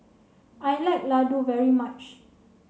I like Ladoo very much